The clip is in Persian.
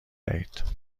دهید